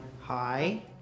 Hi